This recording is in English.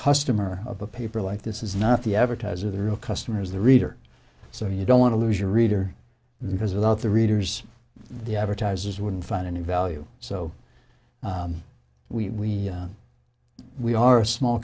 customer of a paper like this is not the advertiser the real customers the reader so you don't want to lose your reader because without the readers the advertisers wouldn't find any value so we we are a small